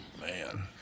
man